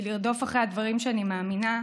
לרדוף אחרי הדברים שאני מאמינה בהם,